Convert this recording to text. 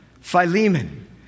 Philemon